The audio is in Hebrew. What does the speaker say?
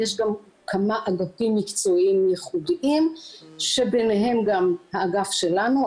יש גם כמה אגפים מקצועיים יחודיים שביניהם גם האגף שלנו,